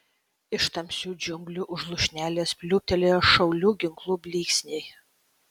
iš tamsių džiunglių už lūšnelės pliūptelėjo šaulių ginklų blyksniai